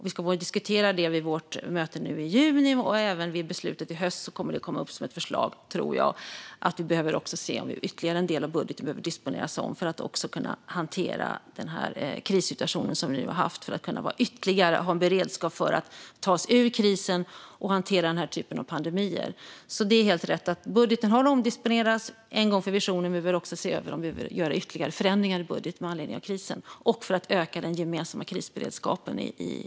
Vi ska diskutera det vid vårt möte nu i juni. Jag tror att det även kommer att komma upp som ett förslag vid mötet i höst att vi behöver se om ytterligare en del av budgeten behöver disponeras om för att kunna hantera den krissituation som vi har haft och för att kunna ha en beredskap för att ta oss ur krisen och hantera den här typen av pandemier. Det är helt rätt att budgeten har omdisponerats en gång för visionen, men vi behöver också se över om vi bör göra ytterligare förändringar i budgeten med anledning av krisen och för att öka den gemensamma krisberedskapen i Norden.